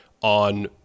on